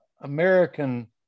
American